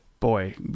Boy